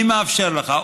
אני מאפשר לך,